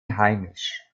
heimisch